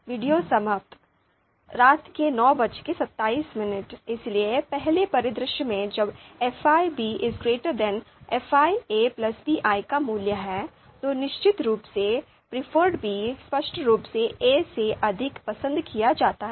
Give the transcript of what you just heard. video समाप्त 2127 इसलिए पहले परिदृश्य में जब Fi fi pi का मूल्य है तो निश्चित रूप से preferred b स्पष्ट रूप से 'a से अधिक पसंद किया जाता है